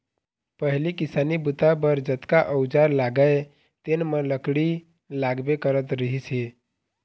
पहिली किसानी बूता बर जतका अउजार लागय तेन म लकड़ी लागबे करत रहिस हे